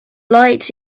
lights